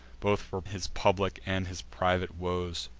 both for his public and his private woes